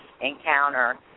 encounter